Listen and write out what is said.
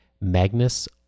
Magnus